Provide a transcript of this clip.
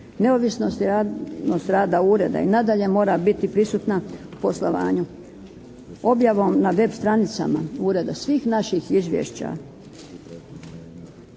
se./ … rada Ureda i nadalje mora biti prisutna poslovanju. Objavom na web stanicama Ureda svih naših izvješća